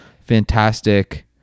fantastic